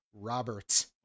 Robert